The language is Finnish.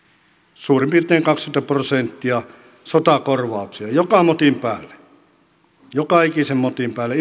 suurin piirtein kaksikymmentä prosenttia sotakorvauksia joka motin päälle joka ikisen motin päälle